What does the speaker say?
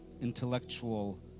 intellectual